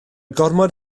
gormod